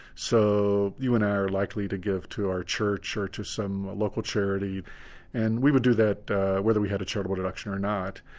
so, you and i are likely to give to our church or to some local charity and we would do that whether we had a charitable deduction or not.